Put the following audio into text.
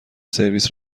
سرویس